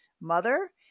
mother